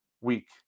week